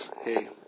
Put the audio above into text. hey